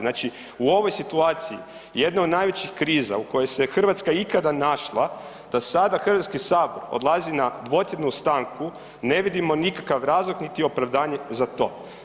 Znači u ovoj situaciji jednoj od najvećih kriza u kojoj se je Hrvatska ikada našla da sada Hrvatski sabor odlazi na dvotjednu stanku, ne vidimo nikakav razlog niti opravdanje za to.